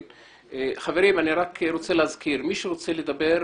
חברים, אני רוצה להזכיר שמי שרוצה לדבר,